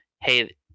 hey